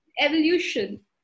Evolution